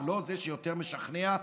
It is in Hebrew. לא זה שיותר משכנע,